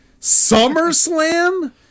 SummerSlam